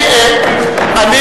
אני